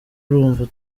urumva